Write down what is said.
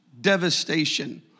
devastation